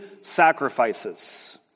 sacrifices